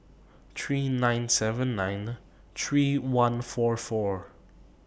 three nine seven nine three one four four